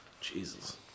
Jesus